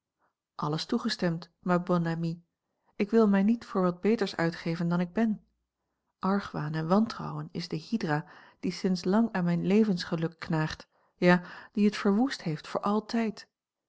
alles toegestemd ma bonne amie ik wil mij niet voor wat beters uitgeven dan ik ben argwaan en wantrouwen is de hydra die sinds lang aan mijn levensgeluk knaagt ja die het verwoest heeft voor altijd